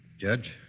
Judge